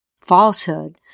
Falsehood